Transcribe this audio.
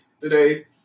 today